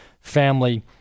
Family